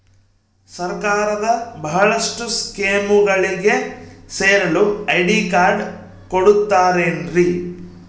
ಸರ್ಕಾರದ ಬಹಳಷ್ಟು ಸ್ಕೇಮುಗಳಿಗೆ ಸೇರಲು ಐ.ಡಿ ಕಾರ್ಡ್ ಕೊಡುತ್ತಾರೇನ್ರಿ?